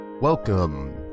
Welcome